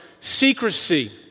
secrecy